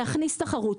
להכניס תחרות,